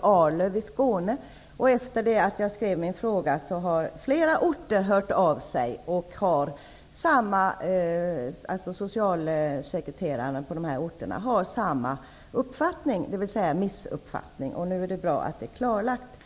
Arlöv i Skåne, där jag blev uppmärksam på detta. Efter det att jag skrev min fråga har socialsekreterare på flera orter hört av sig. De har samma uppfattning, dvs. en missuppfattning. Det är därför bra att det nu är klarlagt.